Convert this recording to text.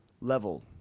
level